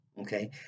okay